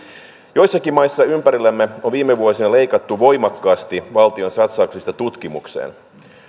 joissakin maissa ympärillämme on viime vuosina leikattu voimakkaasti valtion satsauksista tutkimukseen